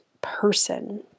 person